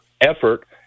effort